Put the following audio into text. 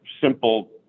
Simple